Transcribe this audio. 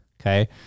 okay